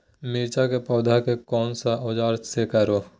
मिर्च की पौधे को कौन सा औजार से कोरे?